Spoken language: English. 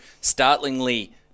startlingly